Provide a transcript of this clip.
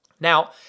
Now